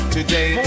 Today